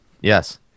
Yes